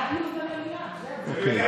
אוקיי.